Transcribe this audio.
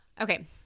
Okay